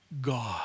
God